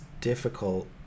difficult